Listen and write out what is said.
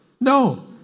No